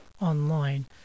online